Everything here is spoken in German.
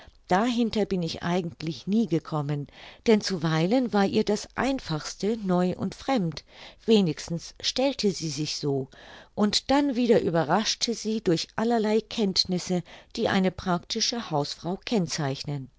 dahinter bin ich eigentlich nie gekommen denn zuweilen war ihr das einfachste neu und fremd wenigstens stellte sie sich so und dann wieder überraschte sie durch allerlei kenntnisse die eine praktische hausfrau kennzeichnen